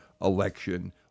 election